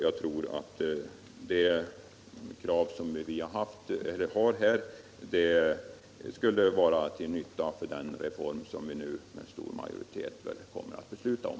Jag tror att det krav som vi ställer här skulle vara till nytta för den reform som riksdagen nu förmodligen med stor majoritet kommer att besluta om.